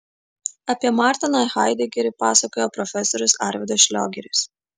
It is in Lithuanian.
apie martiną haidegerį pasakoja profesorius arvydas šliogeris